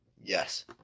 Yes